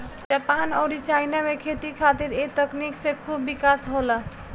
Japan अउरी China में खेती खातिर ए तकनीक से खूब विकास होला